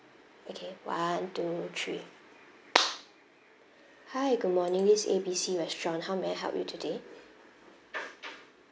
okay one two three hi good morning this A B C restaurant how may I help you today